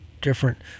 different